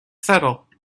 settle